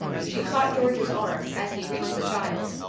she caught george's arm, as he reached the child.